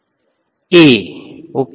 વિદ્યાર્થી A Aઓકે